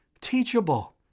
teachable